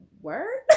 word